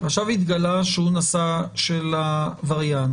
ועכשיו התגלה שהוא נשא של הווריאנט.